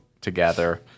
together